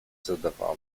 zadawała